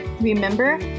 Remember